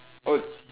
oh